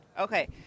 Okay